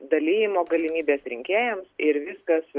dalijimo galimybės rinkėjams ir viskas